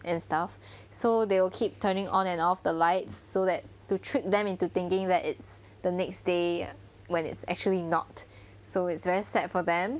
and stuff so they will keep turning on and off the lights so that to trick them into thinking that it's the next day when it's actually not so it's very sad for them